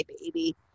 baby